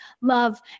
love